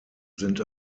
sind